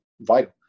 vital